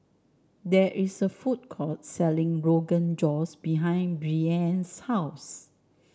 there is a food court selling Rogan Josh behind Breanne's house